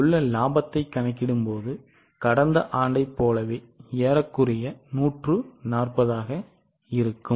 இங்குள்ள லாபத்தை கணக்கிடும்போது கடந்த ஆண்டைப் போலவே ஏறக்குறைய 140 ஆக இருக்கும்